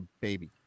baby